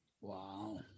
Wow